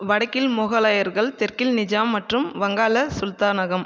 வடக்கில் மொகலாயர்கள் தெற்கில் நிஜாம் மற்றும் வங்காள சுல்தானகம்